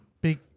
big